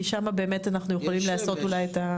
כי שם אולי אנחנו באמת יכולים לעשות את זה.